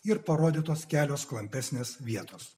ir parodytos kelios klampesnės vietos